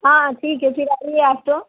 हाँ ठीक है ठीक है आइए आप तो